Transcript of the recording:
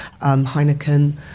Heineken